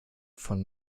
von